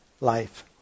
life